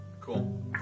Cool